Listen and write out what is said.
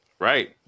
Right